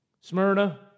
Smyrna